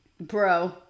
Bro